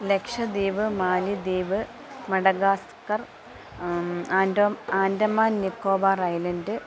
ലെക്ഷദ്വീപ് മാലിദ്വീപ് മടഗാസ്കർ അൻഡോം ആൻഡമാൻ നിക്കോബാർ അയ്ലൻഡ്